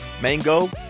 mango